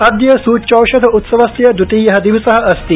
अद्य सूच्यौषध उत्सवस्य दवितीय दिवस अस्ति